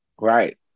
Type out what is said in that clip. Right